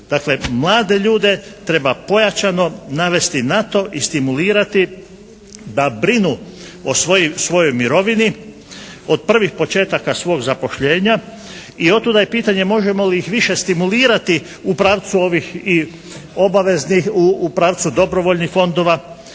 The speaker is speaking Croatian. mlade ljude treba pojačano navesti na to i stimulirati da brinu o svojoj mirovini od prvih početaka svog zapošljenja. I od tuda je pitanje možemo li ih više stimulirati u pravcu ovih i obaveznih, u pravcu dobrovoljnih fondova.